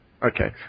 Okay